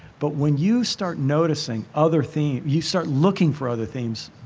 but when you start noticing other things, you start looking for other things,